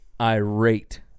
irate